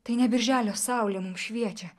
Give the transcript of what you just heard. tai ne birželio saulė mum šviečia